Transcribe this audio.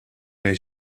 his